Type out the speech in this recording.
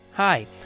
Hi